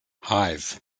hythe